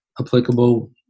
applicable